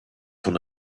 von